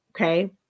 Okay